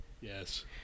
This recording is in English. Yes